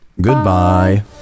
Goodbye